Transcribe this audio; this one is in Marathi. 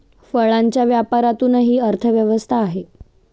फळांच्या व्यापारातूनही अर्थव्यवस्था आहे